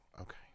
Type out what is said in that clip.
Okay